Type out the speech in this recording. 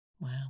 Wow